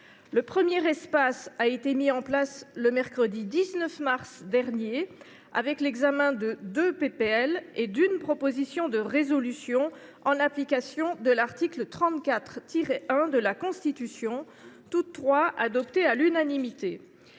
Le premier espace a été mis en place le mercredi 19 mars dernier, avec l’examen de deux propositions de loi et d’une proposition de résolution, en application de l’article 34 1 de la Constitution, toutes trois adoptées à l’unanimité.